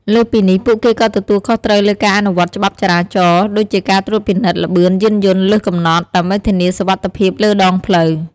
លើសពីនេះ ពួកគេក៏ទទួលខុសត្រូវលើការអនុវត្តច្បាប់ចរាចរណ៍ ដូចជាការត្រួតពិនិត្យល្បឿនយានយន្តលើសកំណត់ ដើម្បីធានាសុវត្ថិភាពលើដងផ្លូវ។